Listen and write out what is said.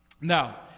now